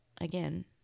again